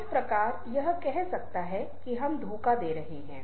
इस प्रकार यह कह सकता है कि हम धोखा दे रहे हैं